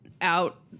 out